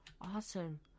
Awesome